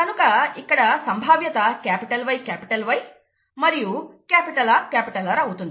కనుక ఇక్కడ సంభావ్యత YY మరియు RR అవుతుంది